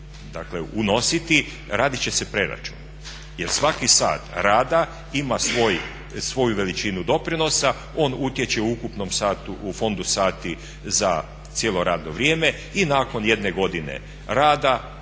dakle unositi, raditi će se preračun. Jer svaki sat rada ima svoju veličinu doprinosa, on utječe u ukupnom satu, u fondu sati za cijelo radno vrijeme i nakon jedne godine rada